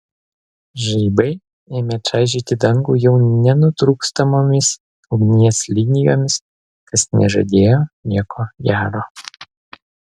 žaibai ėmė čaižyti dangų jau nenutrūkstamomis ugnies linijomis kas nežadėjo nieko gero